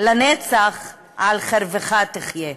לנצח "על חרבך תחיה".